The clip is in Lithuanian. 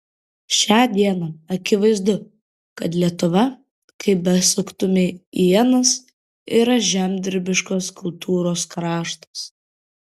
šią dieną akivaizdu kad lietuva kaip besuktumei ienas yra žemdirbiškos kultūros kraštas